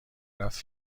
رفت